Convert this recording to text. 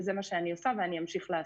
וזה מה שאני עושה ואני אמשיך לעשות.